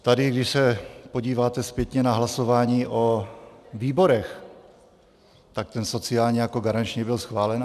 Tady, když se podíváte zpětně na hlasování o výborech, tak ten sociální jako garanční byl schválen.